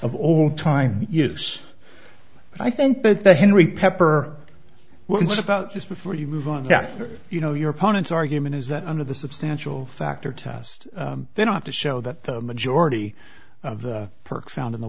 of all time use i think that the henry pepper was about just before you move on you know your opponents argument is that under the substantial factor test they don't have to show that the majority of the perk found in the